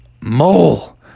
Mole